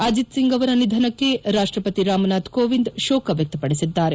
ಅಜಿತ್ ಸಿಂಗ್ ಅವರ ನಿಧನಕ್ಕೆ ರಾಷ್ಟಪತಿ ರಾಮ್ನಾಥ್ ಕೋವಿಂದ್ ಶೋಕ ವ್ಯಕ್ತಪಡಿಸಿದ್ದಾರೆ